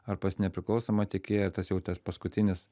ar pas nepriklausomą tiekėją tas jau tas paskutinis